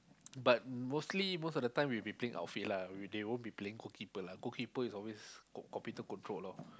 but mostly most of the time we be playing outfield lah we they won't be playing goalkeeper lah goalkeeper is always computer controlled lor